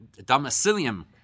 domicilium